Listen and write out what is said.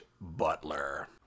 Butler